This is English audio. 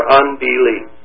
unbelief